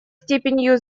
степенью